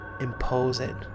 imposing